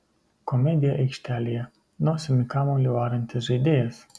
komedija aikštelėje nosimi kamuolį varantis žaidėjas